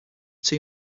two